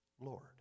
Lord